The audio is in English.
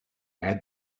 had